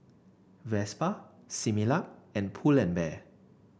Vespa Similac and Pull and Bear